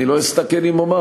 אני לא אסתכן אם אומר,